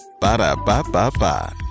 ba-da-ba-ba-ba